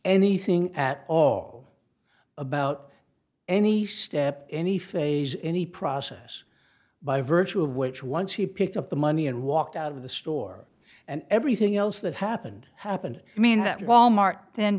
anything at all about any step any phase any process by virtue of which once he picked up the money and walked out of the store and everything else that happened happened i mean